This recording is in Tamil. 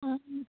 ஆ ம்